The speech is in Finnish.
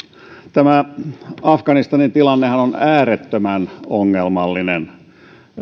tämä afganistanin tilannehan on äärettömän ongelmallinen